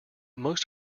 most